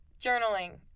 journaling